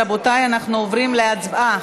רבותיי, אנחנו עוברים להצבעה.